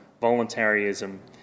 voluntarism